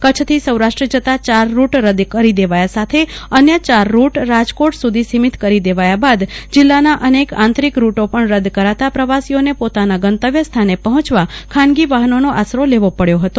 કચ્છથી સૌરાષ્ટ્ર જતાં ચાર રૂટ રદ કરી દેવાયા સાથે અન્ય ચાર રૂટ રાજકોટ સધી સિમિત કરી દેવાયા બાદ જિલ્લા અનેક આંતરોક રૂટો પણ રદ કરાતા પ્રવાસીઓને પોતાના ગતવ્ય સ્થાને પહોંચવા ખાનગી વાહનોનો આસરો લેવો પડયો હતો